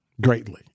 greatly